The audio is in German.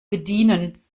bedienen